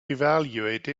evaluate